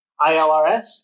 ILRS